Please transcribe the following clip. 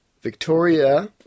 Victoria